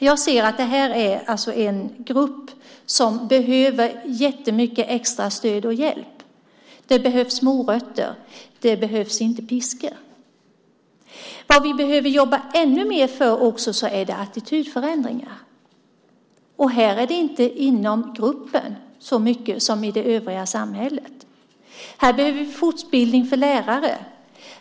Jag ser att detta är en grupp som behöver jättemycket extra stöd och hjälp. Det behövs morötter, inte piskor. Vad vi också behöver jobba mer med är attitydförändringar. Här är det inte inom gruppen så mycket som i det övriga samhället. Vi behöver fortbildning för lärare.